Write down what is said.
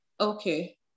Okay